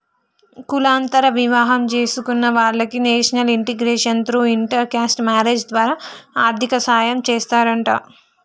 కులాంతర వివాహం చేసుకున్న వాలకి national integration through inter caste marriage ద్వారా ఆర్థిక సాయం చేస్తారంట